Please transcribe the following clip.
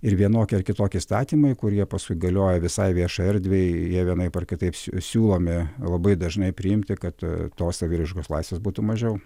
ir vienokie ar kitokie įstatymai kurie paskui galioja visai viešai erdvei jie vienaip ar kitaip siūlomi labai dažnai priimti kad tos saviraiškos laisvės būtų mažiau